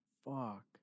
Fuck